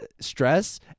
stress